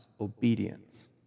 obedience